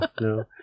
no